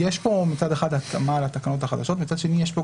מצד אחד יש כאן